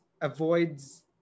avoids